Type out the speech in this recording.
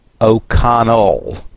O'Connell